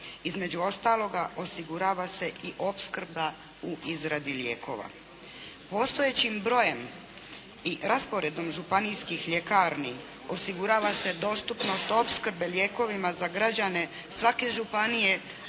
Između ostaloga, osigurava se i opskrba u izradi lijekova. Postojećim brojem i rasporedom županijskih ljekarni osigurava se dostupnost opskrbe lijekovima za građane svake županije